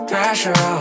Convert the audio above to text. Pressure